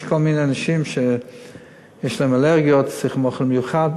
יש כל מיני אנשים שיש להם אלרגיות והם צריכים אוכל מיוחד.